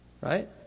right